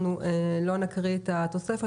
אנחנו לא נקריא את התוספת.